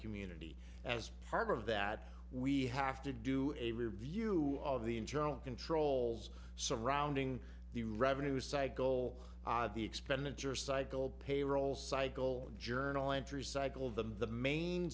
community as part of that we have to do a review of the internal controls surrounding the revenue cycle od the expenditure cycle payroll cycle journal entries cycle them the main